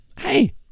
hey